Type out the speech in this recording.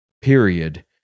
period